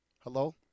hello